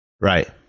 Right